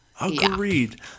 Agreed